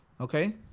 okay